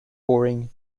boring